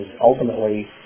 ultimately